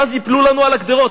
ואז ייפלו לנו על הגדרות.